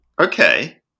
okay